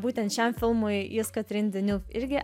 būtent šiam filmui jis katrin deniuv irgi